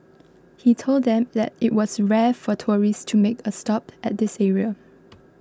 he told them that it was rare for tourists to make a stop at this area